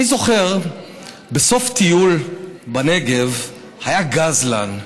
אני זוכר בסוף טיול בנגב, היה גזלן.